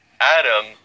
Adam